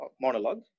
monologue